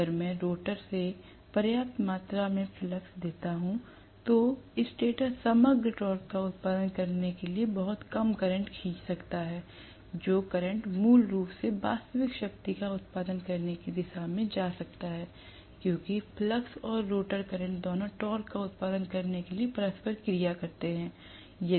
अगर मैं रोटर से पर्याप्त मात्रा में फ्लक्स देता हूं तो स्टेटर समग्र टॉर्क का उत्पादन करने के लिए बहुत कम करंट खींच सकता है जो करंट मूल रूप से वास्तविक शक्ति का उत्पादन करने की दिशा में जा सकता है क्योंकि फ्लक्स और स्टेटर करंट दोनों टॉर्क का उत्पादन करने के लिए परस्पर क्रिया करते हैं